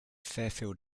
fairfield